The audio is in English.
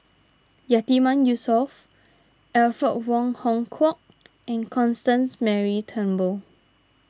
Yatiman Yusof Alfred Wong Hong Kwok and Constance Mary Turnbull